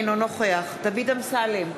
אינו נוכח דוד אמסלם,